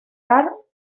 are